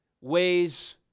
ways